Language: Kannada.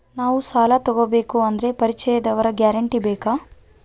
ನಾವು ಸಾಲ ತೋಗಬೇಕು ಅಂದರೆ ಪರಿಚಯದವರ ಗ್ಯಾರಂಟಿ ಬೇಕಾ?